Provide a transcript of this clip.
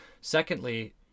Secondly